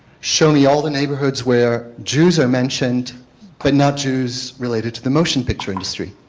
show me all the neighborhoods where jews are mentioned but not jews related to the motion picture industry